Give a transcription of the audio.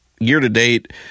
Year-to-date